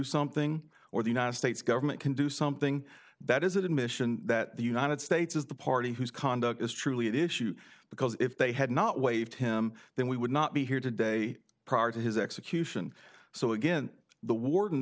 something or the united states government can do something that is admission that the united states is the party whose conduct is truly at issue because if they had not waved him then we would not be here today prior to his execution so again the war